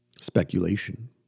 Speculation